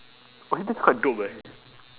oh actually that's quite dope eh